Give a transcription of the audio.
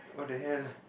what the hell